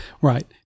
Right